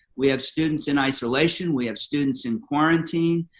we have students in isolation. we have students in quarantine.